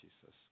Jesus